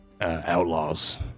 outlaws